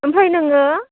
ओमफ्राय नोङो